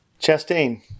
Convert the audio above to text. Chastain